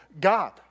God